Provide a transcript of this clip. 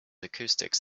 acoustics